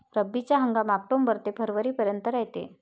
रब्बीचा हंगाम आक्टोबर ते फरवरीपर्यंत रायते